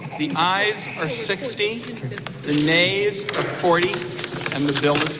the ayes are sixty, the nays are forty, and the bill